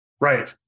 Right